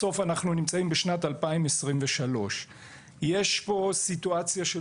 בסוף אנחנו נמצאים בשנת 2023. יש פה סיטואציה של